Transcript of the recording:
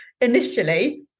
initially